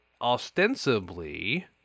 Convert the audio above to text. ostensibly